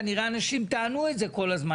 כנראה אנשים טענו את זה כל הזמן,